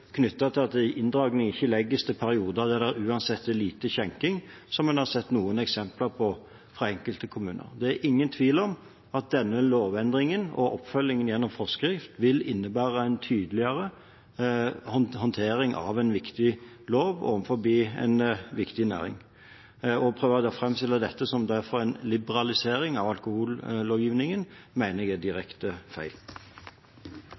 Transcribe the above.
til at inndragning ikke lenger legges til perioder der det uansett er lite skjenking, slik en har sett noen eksempler på fra enkelte kommuner. Det er ingen tvil om at denne lovendringen, og oppfølgingen gjennom forskrift, vil innebære en tydeligere håndtering av en viktig lov overfor en viktig næring. Å prøve å framstille dette som en liberalisering av alkohollovgivningen, mener jeg derfor er direkte feil.